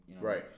Right